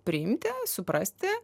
priimti suprasti